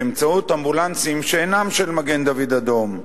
באמצעות אמבולנסים שאינם של מגן-דוד-אדום,